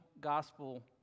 gospel